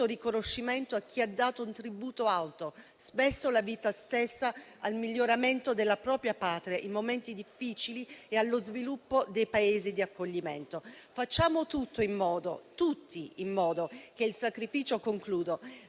riconoscimento a chi ha dato un tributo alto, spesso la vita stessa, al miglioramento della propria Patria in momenti difficili e allo sviluppo dei Paesi di accoglimento. Facciamo tutti in modo che il sacrificio del